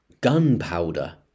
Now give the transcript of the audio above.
gunpowder